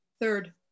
Third